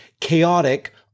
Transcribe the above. chaotic